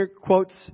quotes